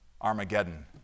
Armageddon